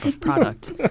product